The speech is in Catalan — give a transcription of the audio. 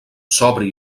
sobri